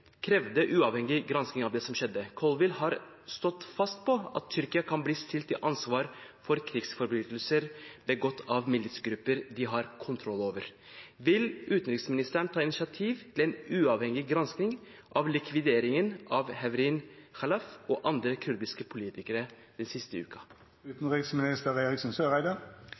krevde en uavhengig gransking av det som skjedde. Colville har stått fast på at Tyrkia kan bli stilt til ansvar for krigsforbrytelser begått av militsgrupper de har kontroll over. Vil utenriksministeren ta initiativ til en uavhengig gransking av likvideringen av Hevrin Kahlaf og andre kurdiske politikere den siste